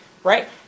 right